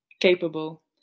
capable